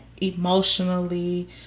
emotionally